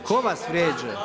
Tko vas vrijeđa?